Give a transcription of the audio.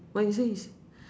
what you say you s~